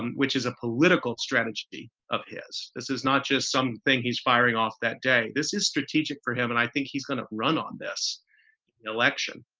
which is a political strategy of his. this is not just some thing he's firing off that day. this is strategic for him. and i think he's going to run on this election.